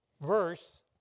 verse